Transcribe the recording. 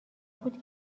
بود